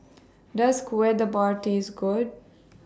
Does Kueh Dadar Taste Good